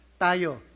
Tayo